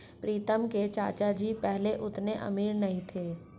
प्रीतम के चाचा जी पहले उतने अमीर नहीं थे